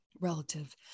relative